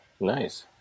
Nice